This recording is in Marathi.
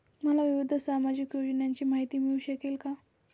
मला विविध सामाजिक योजनांची माहिती मिळू शकेल का?